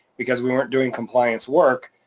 because we weren't doing compliance work,